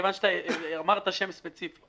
מכיוון שאמרת שם ספציפי: